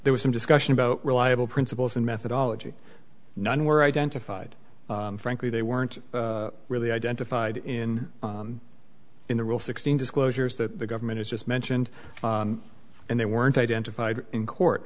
there was some discussion about reliable principles and methodology none were identified frankly they weren't really identified in in the real sixteen disclosures that the government is just mentioned and they weren't identified in court